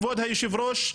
כבוד היושב-ראש,